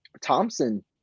thompson